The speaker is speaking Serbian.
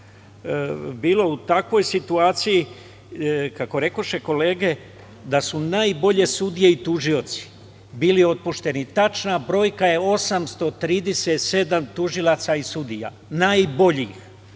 bilo u takvoj situaciji, kako rekoše kolege, da su najbolje sudije i tužioci bili otpušteni. Tačna brojka je 837 tužilaca i sudija. Najboljih